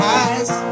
eyes